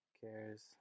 Cares